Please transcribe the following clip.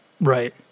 right